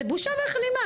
זה בושה וכלימה,